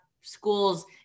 schools